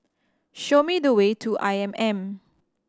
show me the way to I M M